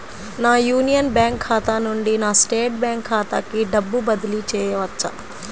నా union bank ఖాతా నుండి నా స్టేట్ బ్యాంకు ఖాతాకి డబ్బు బదిలి చేయవచ్చా?